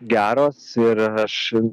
geros ir aš